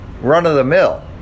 run-of-the-mill